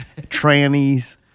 trannies